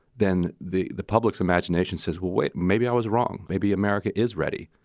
then the the public's imagination says will wait. maybe i was wrong. maybe america is ready.